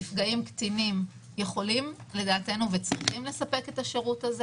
מרכזי ההגנה לנפגעים קטינים יכולים וצריכים לספק את השירות הזה.